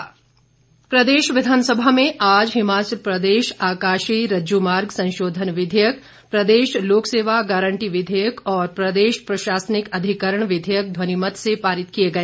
विधेयक पारित प्रदेश विधानसभा में आज हिमाचल प्रदेश आकाशी रज्जूमार्ग संशोधन विधेयक प्रदेश लोक सेवा गारंटी विधेयक और प्रदेश प्रशासनिक अधिकरण विधेयक ध्वनिमत से पारित किए गए